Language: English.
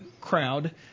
crowd